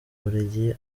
bubiligi